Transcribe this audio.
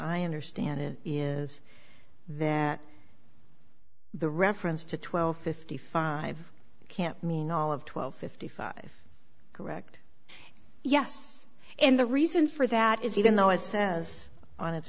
i understand it is that the reference to twelve fifty five can mean all of twelve fifty five correct yes and the reason for that is even though it says on